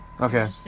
Okay